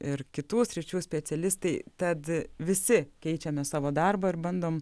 ir kitų sričių specialistai tad visi keičiame savo darbą ir bandom